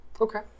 Okay